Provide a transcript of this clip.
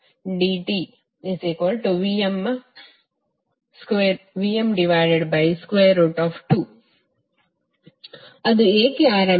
Vrms1T0TVm2ωt dtVm2T0T1ωt dt Vm2 ಅದು ಏಕೆ rms